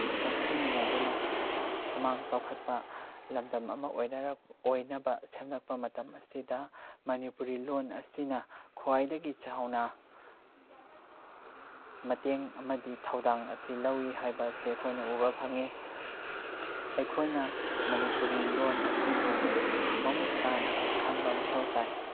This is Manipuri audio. ꯆꯪꯁꯤꯟꯃꯤꯟꯅꯗꯨꯅ ꯈꯨꯃꯥꯡ ꯆꯥꯎꯈꯠꯄ ꯂꯝꯗꯝ ꯑꯃ ꯑꯣꯏꯅꯕ ꯁꯦꯝꯂꯛꯄ ꯃꯇꯝ ꯑꯁꯤꯗ ꯃꯅꯤꯄꯨꯔꯤ ꯂꯣꯟ ꯑꯁꯤꯅ ꯈ꯭ꯋꯥꯏꯗꯒꯤ ꯆꯥꯎꯅ ꯃꯇꯦꯡ ꯑꯃꯗꯤ ꯊꯧꯗꯥꯡ ꯑꯁꯤ ꯂꯧꯏ ꯍꯥꯏꯕ ꯑꯁꯦ ꯑꯩꯈꯣꯏꯅ ꯎꯕ ꯐꯪꯏ ꯑꯩꯈꯣꯏꯅ ꯃꯅꯤꯄꯨꯔꯤ ꯂꯣꯟ ꯑꯁꯤꯕꯨ ꯃꯃꯨꯠ ꯇꯥꯅ ꯈꯪꯕ ꯃꯊꯧ ꯇꯥꯏ